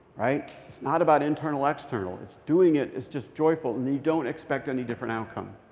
right? it's not about internal external. it's doing it it's just joyful, and you don't expect any different outcome.